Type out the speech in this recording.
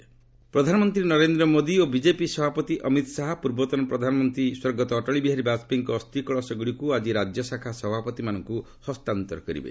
ବାଜପେୟୀ ପ୍ରଧାନମନ୍ତ୍ରୀ ନରେନ୍ଦ୍ ମୋଦି ଓ ବିଜେପି ସଭାପତି ଅମିତ ଶାହା ପୂର୍ବତନ ପ୍ରଧାନମନ୍ତ୍ରୀ ଅଟଳବିହାରୀ ବାଜପେୟୀଙ୍କ ଅସ୍ଥିକଳସଗୁଡ଼ିକୁ ଆକି ରାଜ୍ୟ ଶାଖା ସଭାପତିମାନଙ୍କୁ ଅର୍ପଣ କରିବେ